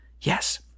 Yes